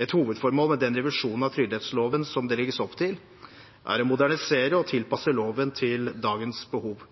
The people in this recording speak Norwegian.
Et hovedformål med den revisjonen av trygderettsloven som det legges opp til, er å modernisere og tilpasse loven til dagens behov.